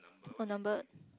what numbered